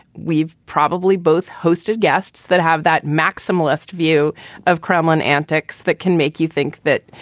we've probably both hosted guests that have that maximalist view of kremlin antics that can make you think that,